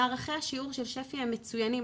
מערכי השיעור של שפ"י הם מצויינים,